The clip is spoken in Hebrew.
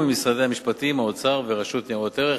עם משרדי המשפטים והאוצר ורשות ניירות ערך.